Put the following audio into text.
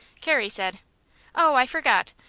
carrie said oh, i forgot!